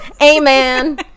Amen